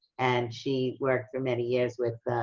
and she worked for many years with